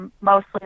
mostly